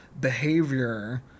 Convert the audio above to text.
behavior